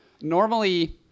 normally